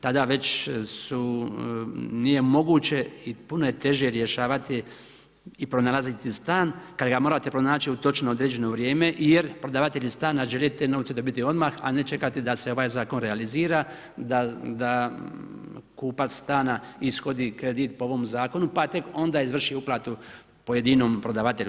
Tada već nije moguće i puno je teže rješavati i pronalaziti stan kada ga morate pronaći u točno određeno vrijeme jer prodavatelji stana žele te novce dobiti odmah, a ne čekati da se ovaj zakon realizira da kupac stana ishodi kredit po ovom zakonu pa tek onda izvrši uplatu pojedinom prodavatelju.